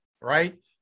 right